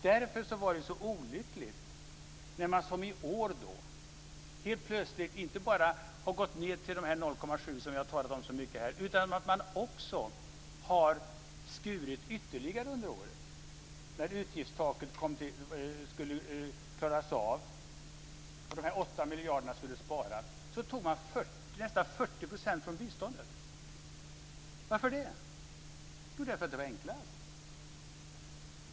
Därför var det olyckligt att i år inte bara gå ned till 0,7 utan att det också har skurits ned ytterligare under året. När utgiftstaket skulle klaras och 8 miljarder skulle sparas, tog man nästan 40 % från biståndet. Varför det? Jo, för att det var enklast.